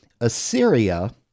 Assyria